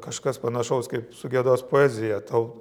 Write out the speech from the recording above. kažkas panašaus kaip su gedos poezija tau